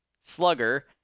Slugger